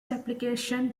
application